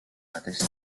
mateix